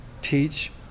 teach